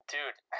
Dude